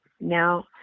now